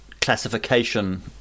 classification